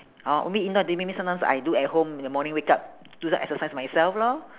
how maybe not doing sometimes I do at home in the morning wake up do some exercise myself lor